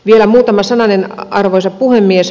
vielä muutama sananen arvoisa puhemies